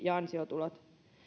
ja ansiotulonsa